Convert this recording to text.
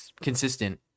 consistent